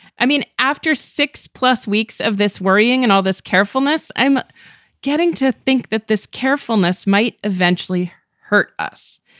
i mean, after six plus weeks of this worrying and all this carefulness, i'm getting to think that this carefulness might eventually hurt us.